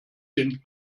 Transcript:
sind